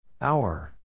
Hour